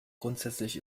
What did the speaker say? grundsätzlich